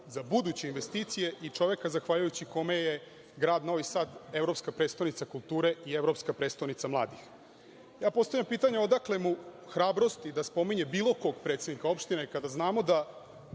za buduće investicije i čoveka zahvaljujući kome je grad Novi Sad evropska prestonica kulture i evropska prestonica mladih. Postavljam pitanje - odakle mu hrabrosti da spominje bilo kog predsednika opštine? Kada je on